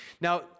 Now